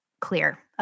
clear